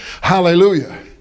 Hallelujah